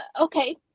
Okay